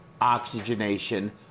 oxygenation